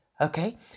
okay